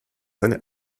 seine